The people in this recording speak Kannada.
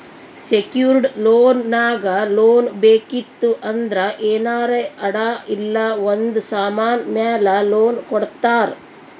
ಸೆಕ್ಯೂರ್ಡ್ ಲೋನ್ ನಾಗ್ ಲೋನ್ ಬೇಕಿತ್ತು ಅಂದ್ರ ಏನಾರೇ ಅಡಾ ಇಲ್ಲ ಒಂದ್ ಸಮಾನ್ ಮ್ಯಾಲ ಲೋನ್ ಕೊಡ್ತಾರ್